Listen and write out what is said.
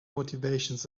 motivations